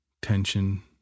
Tension